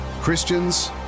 Christians